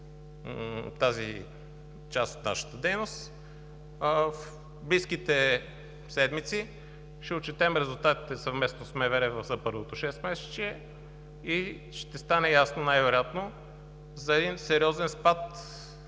част от нашата дейност. В близките седмици ще отчетем резултатите, съвместно с МВР, за първото шестмесечие и най-вероятно ще стане ясно за един сериозен спад